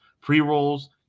pre-rolls